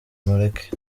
mureke